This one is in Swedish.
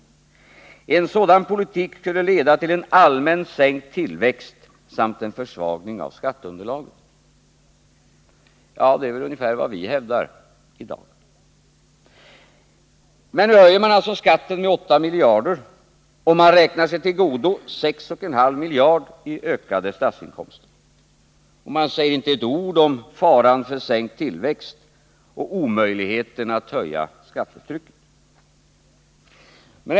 En sådan politik skulle leda till en allmänt sänkt tillväxt samt försvagning av skatteunderlaget.” Det är ungefär vad vi hävdar i dag. Men nu höjer regeringen alltså skatten med 8 miljarder kronor och räknar sig till godo 6,5 miljarder kronor i ökade statsinkomster. Det sägs inte ett ord om faran för sänkt tillväxt och omöjligheten att höja skattetrycket.